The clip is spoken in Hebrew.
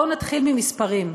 בואו נתחיל ממספרים,